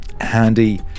handy